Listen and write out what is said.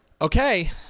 Okay